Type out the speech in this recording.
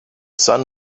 sun